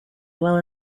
well